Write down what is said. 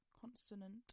Consonant